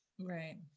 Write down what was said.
Right